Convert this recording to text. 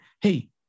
Hey